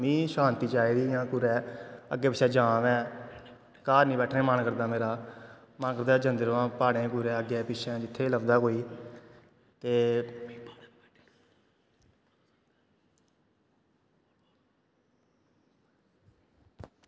मिगी शांति चाही दी पूरै अग्गैं पिच्छैं जां में घर नी बैठनें गी मन करदा मेरा मन करदा जंदा रवां प्हाड़ै अग्गैं पिच्छैं जित्थें बी लभदा कोई ते